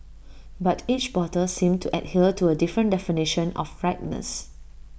but each bottle seemed to adhere to A different definition of ripeness